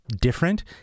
different